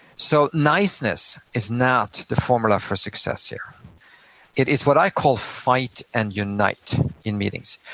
so niceness is not the formula for success here it is what i call fight and unite in meetings.